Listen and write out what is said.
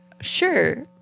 Sure